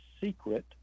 secret